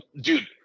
dude